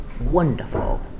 wonderful